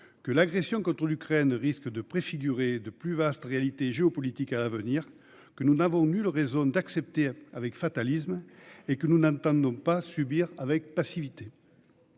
:« L'agression contre l'Ukraine risque de préfigurer de plus vastes réalités géopolitiques à l'avenir, que nous n'avons nulle raison d'accepter avec fatalisme et que nous n'entendons pas subir avec passivité.